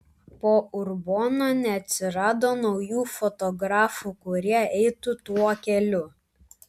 po urbono neatsirado naujų fotografų kurie eitų tuo keliu